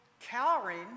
cowering